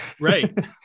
Right